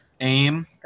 aim